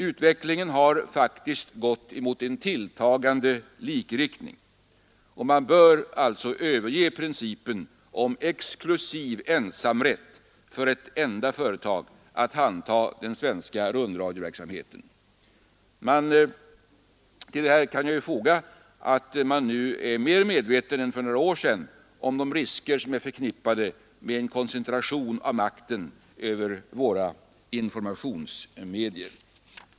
Utvecklingen har faktiskt gått mot en tilltagande likriktning, och man bör alltså överge principen om exklusiv ensamrätt för ett enda företag att handha den svenska rundradioverksamheten. Till detta kan jag foga att man nu mer än för några år sedan är medveten om de risker som är förknippade med en koncentration av makten över våra informationsmedier.